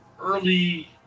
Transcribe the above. early